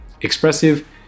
expressive